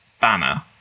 banner